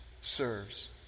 serves